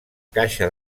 caixa